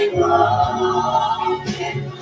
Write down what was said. broken